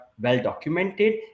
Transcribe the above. well-documented